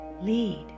lead